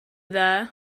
there